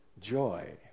joy